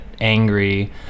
angry